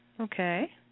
Okay